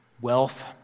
wealth